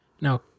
Now